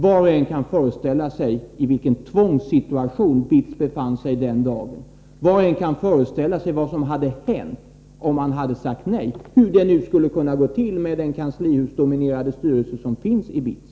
Var och en kan föreställa sig i vilken tvångssituation BITS befann sig och kan föreställa sig vad som hade hänt om man hade sagt nej — hur det nu skulle kunna gå till, med den kanslihusdominerade styrelse som finns i BITS.